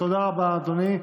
תודה רבה, אדוני.